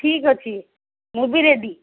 ଠିକ୍ ଅଛି ମୁଁ ବି ରେଡ଼ି